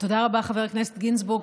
תודה רבה, חבר הכנסת גינזבורג.